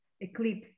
eclipse